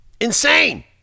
Insane